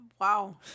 Wow